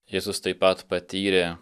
jėzus taip pat patyrė